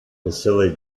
vasily